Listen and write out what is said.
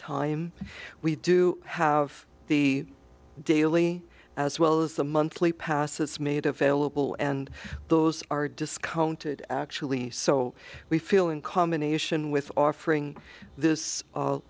time we do have the daily as well as the monthly passes made available and those are discounted actually so we feel in combination with offering this